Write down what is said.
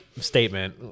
statement